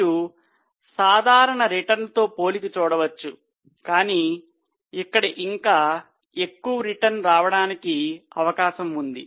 మీరు సాధారణ రిటర్న్ తో పోలిక చూడవచ్చు కానీ అక్కడ ఇంకా ఎక్కువ రిటర్న్ రావడానికి అవకాశం ఉంది